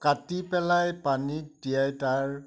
কাটি পেলাই পানীত দিয়াই তাৰ